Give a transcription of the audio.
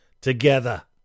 together